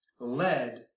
led